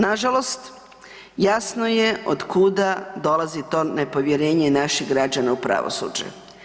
Nažalost, jasno je od kuda dolazi to nepovjerenje naših građana u pravosuđe.